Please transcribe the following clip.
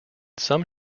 some